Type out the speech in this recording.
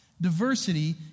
Diversity